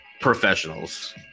professionals